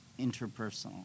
interpersonal